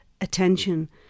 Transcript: attention